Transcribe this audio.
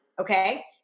okay